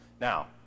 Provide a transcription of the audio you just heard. Now